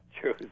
true